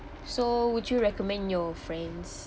so would you recommend your friends